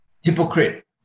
hypocrite